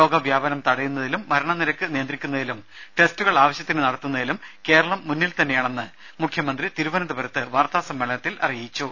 രോഗ വ്യാപനം തടയുന്നതിലും മരണ നിരക്ക് നിയന്ത്രിക്കുന്നതിലും ആവശ്യത്തിന് ടെസ്റ്റുകൾ നടത്തുന്നതിലും കേരളം മുന്നിൽ തന്നെയാണെന്ന് മുഖ്യമന്ത്രി തിരുവനന്തപുരത്ത് വാർത്താ സമ്മേളനത്തിൽ അറിയിച്ചു